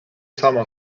sama